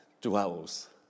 dwells